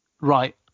right